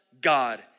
God